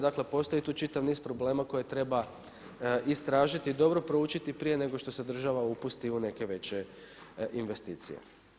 Dakle postoji tu čitav niz problema koje treba istražiti i dobro proučiti prije nego što se država upusti u neke veće investicije.